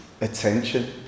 attention